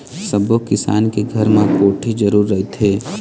सब्बो किसान के घर म कोठी जरूर रहिथे